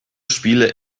spiele